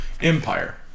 empire